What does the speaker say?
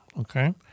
Okay